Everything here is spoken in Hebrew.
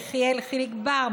יחיאל חיליק בר,